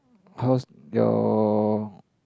cause your